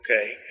Okay